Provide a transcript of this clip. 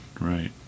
right